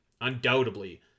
Undoubtedly